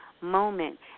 moment